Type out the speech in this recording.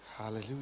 hallelujah